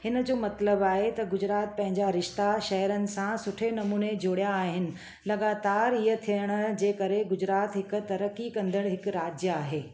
हिन जो मतिलब आहे त गुजरात पंहिंजा रिश्ता शहरनि सां सुठे नमूने जुड़या आहिनि लगातारु हीअ थियण जे करे गुजरात हिक तरक़ी कंदड़ हिकु राज्य आहे